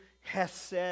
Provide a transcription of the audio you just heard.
hesed